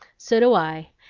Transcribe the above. so do i!